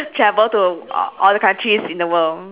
travel to all the counties in the world